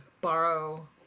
borrow